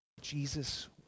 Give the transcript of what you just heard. Jesus